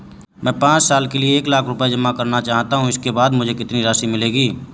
मैं पाँच साल के लिए एक लाख रूपए जमा करना चाहता हूँ इसके बाद मुझे कितनी राशि मिलेगी?